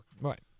Right